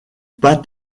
pas